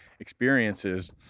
experiences